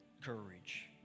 courage